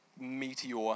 meteor